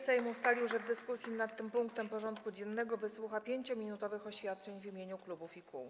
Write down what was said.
Sejm ustalił, że w dyskusji nad tym punktem porządku dziennego wysłucha 5-minutowych oświadczeń w imieniu klubów i kół.